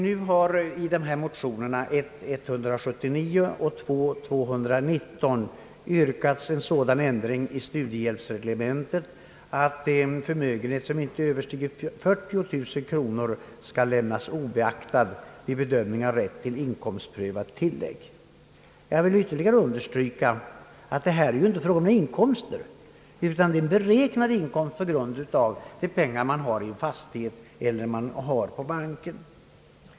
Nu har i motionerna 1:179 och II: 219 yrkats en sådan ändring av studiehjälpsreglementet, att en förmögenhet som icke överstiger 40 000 kronor skall lämnas obeaktad vid bedömning av rätt till inkomstprövat tillägg. Jag vill ytterligare understryka att det här inte är fråga om inkomster, utan man har beräknat inkomst på grund av pengar som vederbörande har i en fas tighet eller på banken.